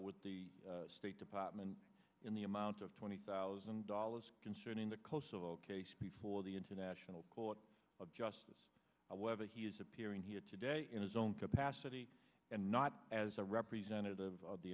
with the state department in the amount of twenty thousand dollars concerning the kosovo case before the international court of justice whether he's appearing here today in his own capacity and not as a representative of the